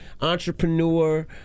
entrepreneur